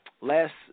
Last